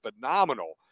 phenomenal